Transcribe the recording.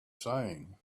saying